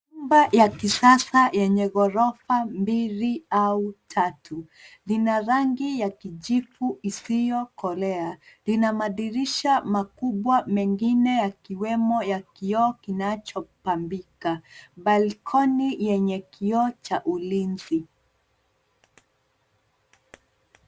Nyumba ya kisasa yenye ghorofa mbili au tatu. Lina rangi ya kijivu isiyokolea. Lina madirisha makubwa, mengine yakiwemo ya kioo kinachopambika. Balkoni yenye kioo cha ulinzi.